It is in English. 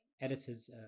editors